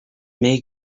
may